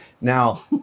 now